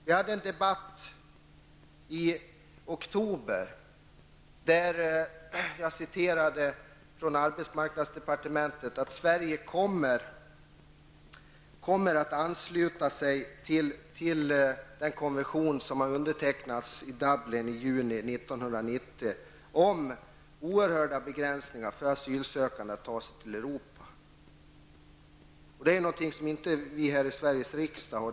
Vi hade en debatt i oktober, då jag citerade vad arbetsdepartementet hade anfört, nämligen att Sverige kommer att ansluta sig till den konvention som undertecknades i Dublin i juni 1990 om oerhörda begränsningar för asylsökande att ta sig till Europa. Det är någonting som vi inte har diskuterat i Sveriges riksdag.